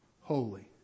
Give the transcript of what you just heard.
Holy